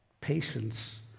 patience